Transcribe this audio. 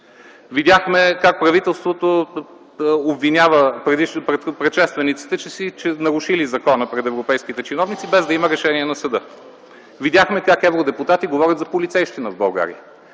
Видяхме как правителството обвинява предшествениците си, че нарушили закона пред европейските чиновници без да има решение на съда. Видяхме как евродепутати говорят за полицейщина в България.